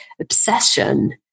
obsession